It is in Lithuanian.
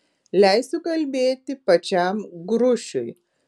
leisiu kalbėti pačiam grušiui